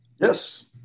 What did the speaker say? Yes